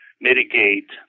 mitigate